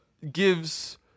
gives